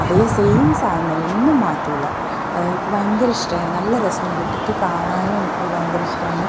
അതേ സെയിം സാധനം തന്നെ ഒന്നും മാറ്റുല്ല അതെനിക്ക് ഭയങ്കര ഇഷ്ടായിന് നല്ല രസമുണ്ട് ഇട്ടിട്ട് കാണാനും എനിക്ക് ഭയങ്കര ഇഷ്ടായിന്